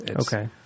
Okay